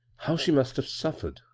how she must have suffered,